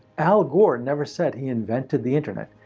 al gore never said he invented the internet.